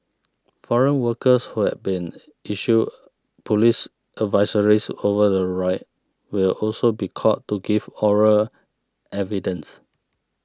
foreign workers who had been issued police advisories over the riot will also be called to give oral evidence